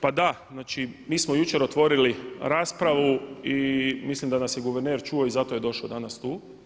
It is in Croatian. Pa da, mi smo jučer otvorili raspravu i mislim da nas je guverner čuo i zato je došao danas tu.